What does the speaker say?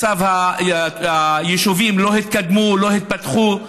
מצב היישובים, לא התקדמו, לא התפתחו.